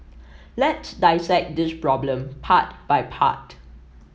let's dissect this problem part by part